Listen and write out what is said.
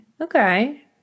Okay